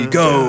go